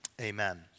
amen